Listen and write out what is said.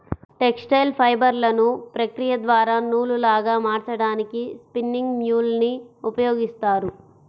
textile ఫైబర్లను ప్రక్రియ ద్వారా నూలులాగా మార్చడానికి స్పిన్నింగ్ మ్యూల్ ని ఉపయోగిస్తారు